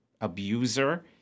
abuser